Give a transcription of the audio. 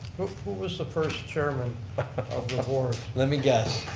who was the first chairman of the board? let me guess?